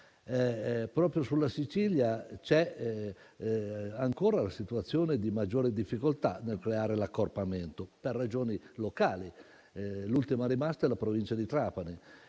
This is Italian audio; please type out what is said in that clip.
Proprio in Sicilia c'è ancora la situazione di maggiore difficoltà nel creare l'accorpamento, per ragioni locali. L'ultima rimasta è la Provincia di Trapani,